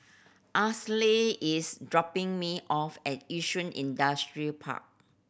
Ansley is dropping me off at Yishun Industrial Park